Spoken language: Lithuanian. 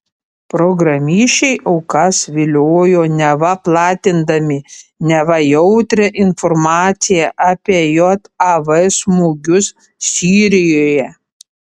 programišiai aukas viliojo neva platindami neva jautrią informaciją apie jav smūgius sirijoje